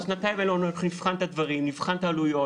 כשבשנתיים האלה נבחן את הדברים, נבחן את העלויות.